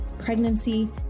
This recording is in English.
pregnancy